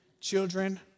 children